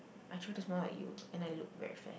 I try to smile like you and I look very fat